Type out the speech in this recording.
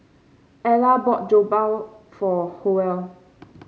Ella bought Jokbal for Howell